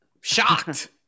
Shocked